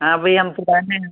हाँ अभी हम पुराने